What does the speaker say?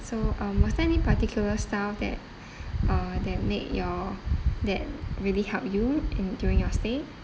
so um was there any particular staff that uh that made your that really helped you in during your stay